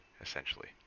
essentially